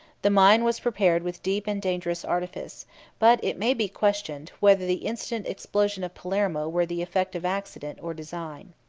the mine was prepared with deep and dangerous artifice but it may be questioned, whether the instant explosion of palermo were the effect of accident or design.